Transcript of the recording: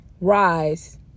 Rise